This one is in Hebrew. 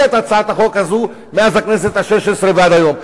את הצעת החוק הזאת מאז הכנסת השש-עשרה ועד היום.